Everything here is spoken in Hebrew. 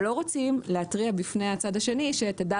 אבל לא רוצים להתריע בפני הצד השני: תדע